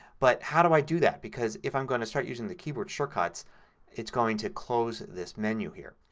but how do i do that because if i'm going to start using the keyboard shortcuts it's going to close this menu here.